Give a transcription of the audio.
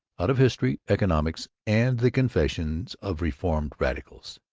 out of history, economics, and the confessions of reformed radicals.